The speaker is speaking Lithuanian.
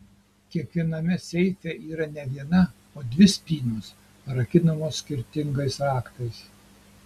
kiekviename seife yra ne viena o dvi spynos rakinamos skirtingais raktais